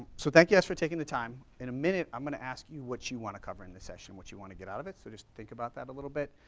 so thank you guys for taking the time. in a minute i'm gonna ask you what you wanna cover in this session and what you wanna get out of it. so just think about that a little bit.